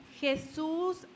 Jesús